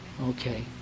Okay